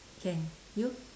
can you